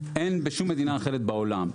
אין בשום מדינה אחרת בעולם,